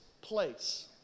place